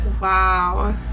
Wow